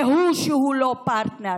זה הוא שהוא לא פרטנר,